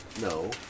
No